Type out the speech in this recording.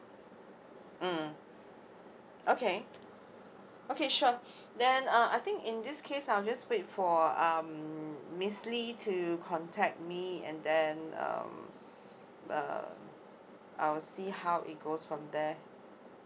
mm okay okay sure then uh I think in this case I will just wait for um miss lee to contact me and then um err I will see how it goes from there